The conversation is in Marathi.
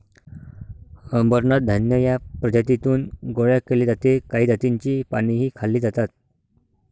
अमरनाथ धान्य या प्रजातीतून गोळा केले जाते काही जातींची पानेही खाल्ली जातात